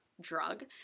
drug